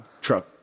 truck